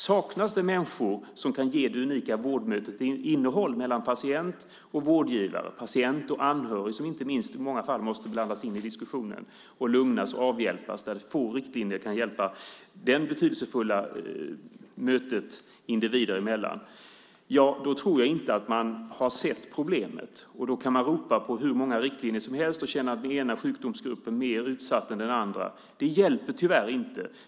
Saknas det människor som kan ge ett innehåll i det unika vårdmötet mellan patient och vårdgivare, och patient och anhörig, som i många fall måste blandas in i diskussionen och lugnas, där få riktlinjer kan hjälpa till i det betydelsefulla mötet individer emellan, då tror jag inte att man har sett problemet, och då kan man ropa på hur många riktlinjer som helst och känna att den ena sjukdomsgruppen är mer utsatt än den andra. Det hjälper tyvärr inte.